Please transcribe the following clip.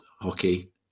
hockey